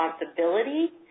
responsibility